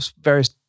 various